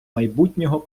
майбутнього